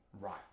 Right